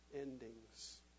endings